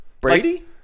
Brady